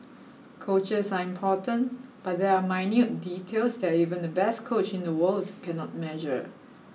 coaches are important but there are minute details that even the best coach in the world cannot measure